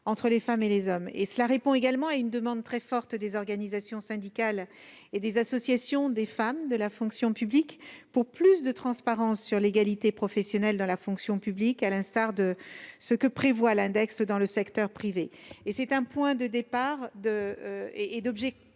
entre les femmes et les hommes. Ces dispositions répondent également à une demande très forte des organisations syndicales et des associations des femmes de la fonction publique pour davantage de transparence sur l'égalité professionnelle dans le secteur public, à l'instar de ce que prévoit l'index pour le secteur privé. Il s'agit d'un point de départ et d'objectivation